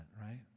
right